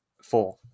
Four